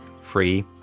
free